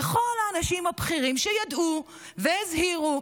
וכל האנשים הבכירים שידעו והזהירו,